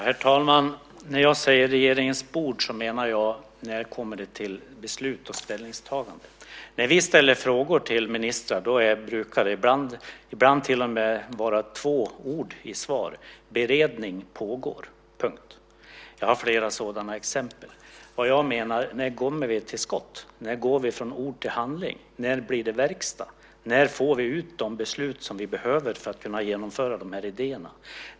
Herr talman! När jag säger "regeringens bord" menar jag när man kommer till beslut och ställningstagande. När vi ställer frågor till ministrar brukar det ibland till och med vara två ord i svaret: Beredning pågår. Jag har flera sådana exempel. Vad jag menar är: När kommer vi till skott? När går vi från ord till handling? När blir det verkstad? När får vi ut de beslut som vi behöver för att kunna genomföra de här idéerna?